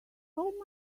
how